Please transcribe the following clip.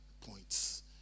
points